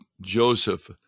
Joseph